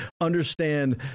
Understand